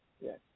Yes